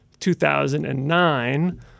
2009